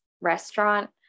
restaurant